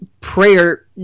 prayer